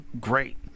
great